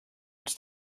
its